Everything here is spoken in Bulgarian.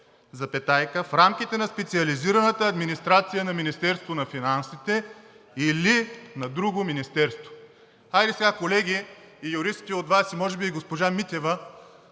в рамките на специализираната администрация на Министерството на финансите или на друго министерство.“ Хайде сега юристите от Вас, колеги, може би и госпожа Митева,